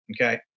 Okay